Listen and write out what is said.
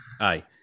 Aye